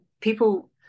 people